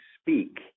speak